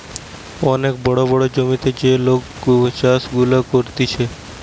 অনেক বড় বড় জমিতে যে লোক চাষ গুলা করতিছে